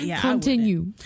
continue